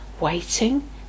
waiting